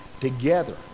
together